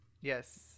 Yes